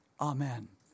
Amen